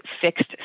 fixed